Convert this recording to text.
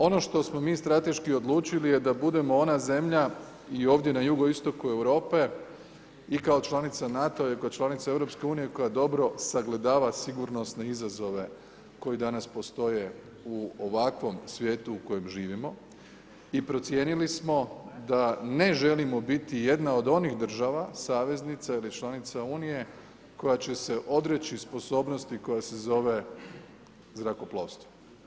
Ono što smo mi strateški odlučili je da budemo ona zemlja i ovdje na jugoistoku Europe i kao članica NATO-a i kao članica EU koja dobro sagledava sigurnosne izazove koji danas postoje u ovakvom svijetu u kojem živimo i procijenili smo da ne želimo biti jedna od onih država saveznica ili članica unije koja će se odreći sposobnosti koja se zove zrakoplovstvo.